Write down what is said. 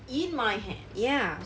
in my hands